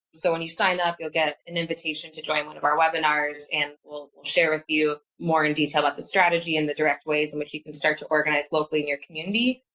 so when you sign up, you'll get an invitation to join one of our webinars and we'll we'll share with you more in detail about the strategy and the direct ways in which we can start to organize locally in your community.